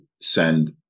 send